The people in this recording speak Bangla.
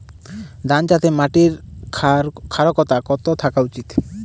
ধান চাষে মাটির ক্ষারকতা কত থাকা উচিৎ?